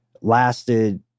lasted